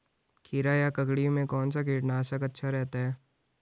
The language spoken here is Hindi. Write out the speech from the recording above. खीरा या ककड़ी में कौन सा कीटनाशक अच्छा रहता है?